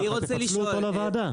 --- לוועדה.